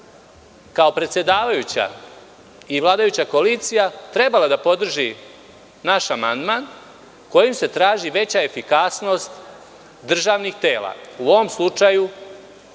kao predsedavajuća i vladajuća koalicija trebali da podržite naš amandman, kojim se traži veća efikasnost državnih tela, u ovom slučaju